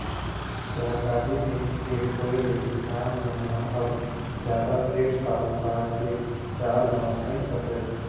सहकारी बेंक के होय ले किसान मन ह अब जादा सेठ साहूकार के जाल म नइ फसय